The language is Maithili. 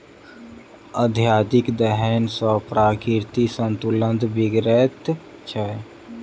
अत्यधिक दोहन सॅ प्राकृतिक संतुलन बिगड़ैत छै